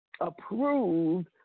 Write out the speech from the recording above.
approved